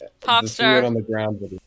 Popstar